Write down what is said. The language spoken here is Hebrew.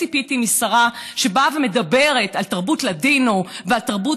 ציפיתי משרה שבאה ומדברת על תרבות הלדינו ועל תרבות